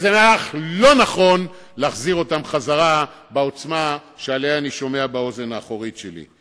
וזה מהלך לא נכון להחזיר אותן כמו שאני שומע באוזן האחורית שלי.